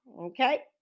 okay